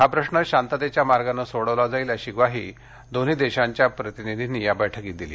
हा प्रश्न शांततेच्या मार्गानं सोडवला जाईल अशी ग्वाही दोन्ही दोशांच्या प्रतिनीधीनी या बैठकीत दिली